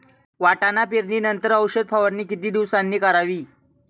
वाटाणा पेरणी नंतर औषध फवारणी किती दिवसांनी करावी?